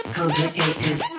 Complicated